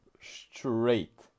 Straight